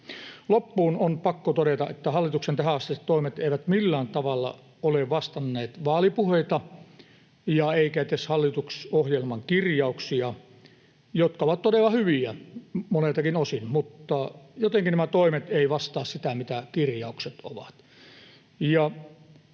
Loppuun on pakko todeta, että hallituksen tähänastiset toimet eivät millään tavalla ole vastanneet vaalipuheita eivätkä edes hallitusohjelman kirjauksia — jotka ovat todella hyviä moneltakin osin, mutta jotenkin nämä toimet eivät vastaa sitä, mitä kirjaukset ovat.